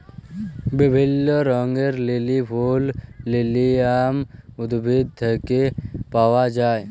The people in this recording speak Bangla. বিভিল্য রঙের লিলি ফুল লিলিয়াম উদ্ভিদ থেক্যে পাওয়া যায়